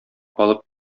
алып